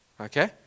Okay